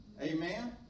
amen